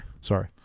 Sorry